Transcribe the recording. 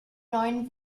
neuen